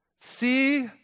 See